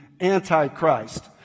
Antichrist